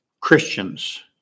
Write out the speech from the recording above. Christians